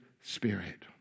Spirit